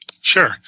Sure